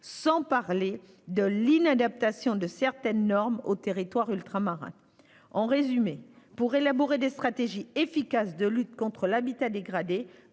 Sans parler de l'inadaptation de certaines normes aux territoires ultramarins. En résumé, pour élaborer des stratégies efficaces de lutte contre l'habitat dégradé,